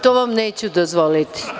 To vam neću dozvoliti.